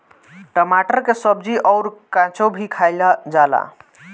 टमाटर के सब्जी अउर काचो भी खाएला जाला